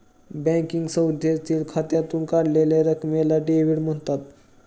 banking संस्थेतील खात्यातून काढलेल्या रकमेला डेव्हिड म्हणतात